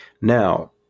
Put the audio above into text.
Now